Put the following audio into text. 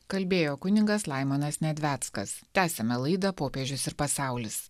kalbėjo kunigas laimonas medveckas tęsiame laidą popiežius ir pasaulis